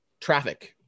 traffic